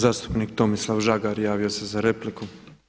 Zastupnik Tomislav Žagar javio se za repliku.